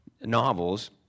novels